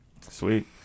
sweet